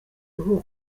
uku